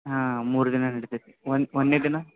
ಹಾಂ ಮೂರು ದಿನ ನಡಿತೈತೆ ಒ ಒಂದನೇ ದಿನ